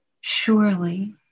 surely